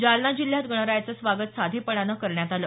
जालना जिल्ह्यात गणरायाचं स्वागत साधेपणानं करण्यात आलं